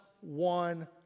one